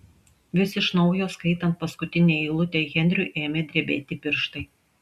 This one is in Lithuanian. vis iš naujo skaitant paskutinę eilutę henriui ėmė drebėti pirštai